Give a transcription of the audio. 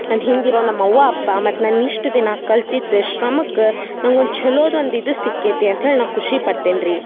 ನನ್ನ ಹಿಂದಿರೋ ನಮ್ಮ ಅವ್ವ ಅಪ್ಪ ಮತ್ತು ನನ್ನ ಇಷ್ಟು ದಿನ ಕಲಿತಿದ್ದ ಶ್ರಮಕ್ಕೆ ನಂಗೆ ಒಂದು ಛಲೋದು ಒಂದು ಇದು ಸಿಕ್ಕೈತಿ ಅಂತ್ಹೇಳಿ ನಾ ಖುಷಿಪಡ್ತೇನೆ ರಿ